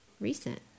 recent